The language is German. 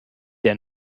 der